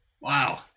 Wow